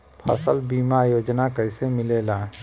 फसल बीमा योजना कैसे मिलेला?